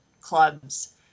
clubs